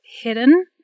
hidden